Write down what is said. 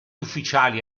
ufficiali